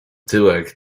tyłek